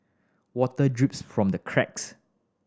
water drips from the cracks